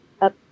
up